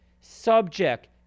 subject